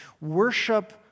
worship